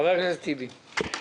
חבר הכנסת טיבי, בבקשה.